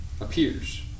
appears